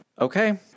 Okay